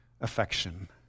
affection